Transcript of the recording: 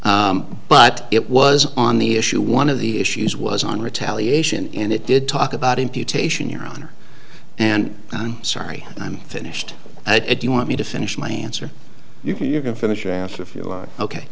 but it was on the issue one of the issues was on retaliation and it did talk about imputation your honor and i'm sorry i'm finished at it you want me to finish my answer